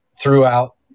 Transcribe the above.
throughout